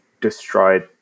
destroyed